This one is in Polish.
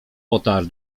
potarł